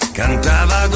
cantava